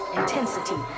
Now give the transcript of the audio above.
intensity